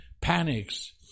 panics